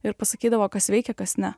ir pasakydavo kas veikia kas ne